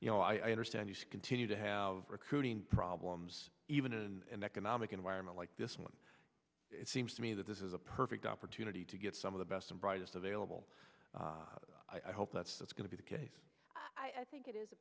you know i understand you continue to have recruiting problems even and economic environment like this one it seems to me that this is a perfect opportunity to get some of the best and brightest available i hope that's that's going to be the case i think it is